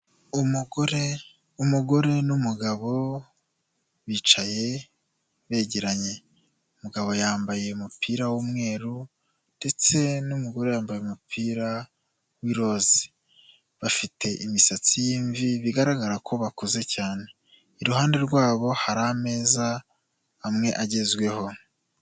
Umugore n'umugabo bicaye begeranye. Umugabo yambaye umupira w'umweru ndetse n'umugore yambaye umupira w'iroze. Bafite imisatsiy'imvi bigaragara ko bakuze cyane. Iruhande rwabo hari ameza amwe agezweho.